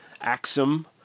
Axum